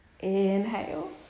Inhale